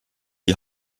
die